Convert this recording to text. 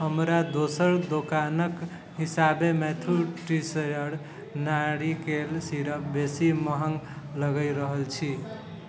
हमरा दोसर दोकानके हिसाबे मैथ्यू टैसिएर नारिकेल सीरप बेसी महग लागी रहल छी